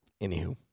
Anywho